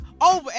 over